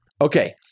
okay